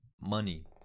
Money